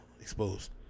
exposed